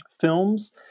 films